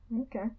Okay